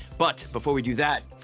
but before we do that,